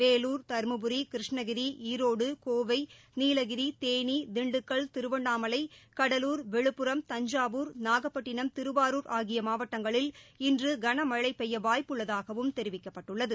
வேலுர் தருமபுரி கிருஷ்ணகிரி ஈரோடு கோவை நீலகிரி தேனி திண்டுக்கல் திருவண்ணாமலை கடலுர் விழுப்புரம் தஞ்சாவூர் நாகப்பட்டினம் திருவாருர் ஆகிய மாவட்டங்களில் இன்று கனமழை பெய்ய வாய்ப்பு உள்ளதாகவும்தெரிவிக்கப்பட்டுள்ளது